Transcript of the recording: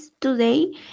Today